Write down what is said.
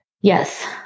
yes